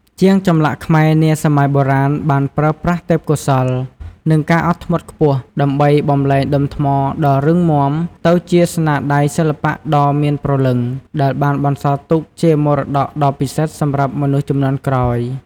ជាងចម្លាក់ខ្មែរនាសម័យបុរាណបានប្រើប្រាស់ទេពកោសល្យ និងការអត់ធ្មត់ខ្ពស់ ដើម្បីបំប្លែងដុំថ្មដ៏រឹងមាំទៅជាស្នាដៃសិល្បៈដ៏មានព្រលឹង ដែលបានបន្សល់ទុកជាមរតកដ៏ពិសិដ្ឋសម្រាប់មនុស្សជំនាន់ក្រោយ។